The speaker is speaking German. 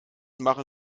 machen